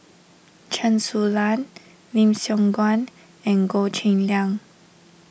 Chen Su Lan Lim Siong Guan and Goh Cheng Liang